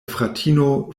fratino